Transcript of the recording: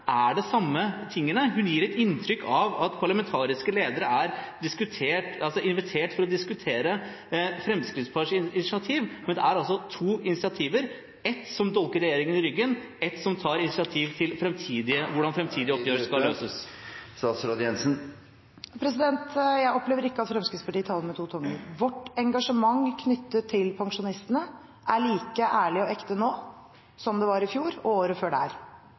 er de samme tingene, hun gir et inntrykk av at parlamentariske ledere er invitert for å diskutere Fremskrittspartiets initiativ, men det er altså to initiativer – ett som dolker regjeringen i ryggen, og ett som tar initiativ til hvordan framtidige oppgjør skal løses. Jeg opplever ikke at Fremskrittspartiet taler med to tunger. Vårt engasjement knyttet til pensjonistene er like ærlig og ekte nå som det var i fjor og året før der.